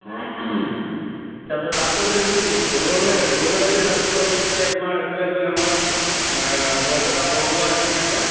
তাৰ পিছত তাতকৈ যদি তুমি দূৰলে দূৰলে যদি যাম বুলি ভাবিছা তেতিয়া তোমাৰ এফালে গৈ আমাৰ বৰপেটা বৰদোৱা এইখিনি আছে